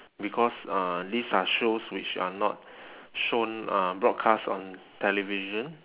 because uh these are shows which are not shown uh broadcast on television